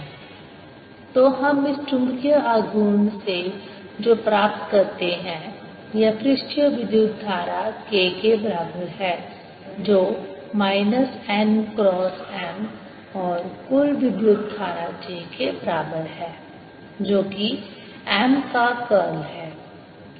dV तो हम इस चुंबकीय आघूर्ण से जो प्राप्त करते हैं यह पृष्ठीय विद्युत धारा K के बराबर है जो माइनस n क्रॉस M और कुल विद्युत धारा J के बराबर है जो कि M का कर्ल है